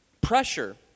pressure